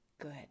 Good